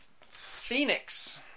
Phoenix